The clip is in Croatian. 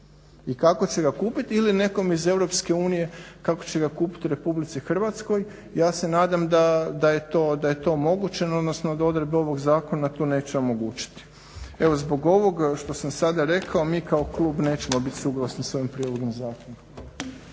i kako će ga kupiti ili nekom iz EU kako će ga kupiti u RH. ja se nadam da je to omogućeno odnosno da odredbe ovog zakona to neće omogućiti. Evo zbog ovog što sam sada rekao mi kao klub nećemo biti suglasni sa ovim prijedlogom zakona.